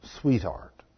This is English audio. sweetheart